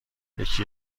یکی